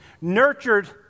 nurtured